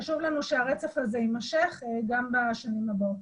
חשוב לנו שהרצף הזה יימשך גם בשנים הבאות.